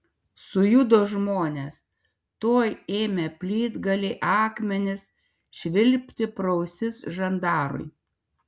sujudo žmonės tuoj ėmė plytgaliai akmenys švilpti pro ausis žandarui